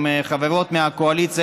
עם חברות מהקואליציה,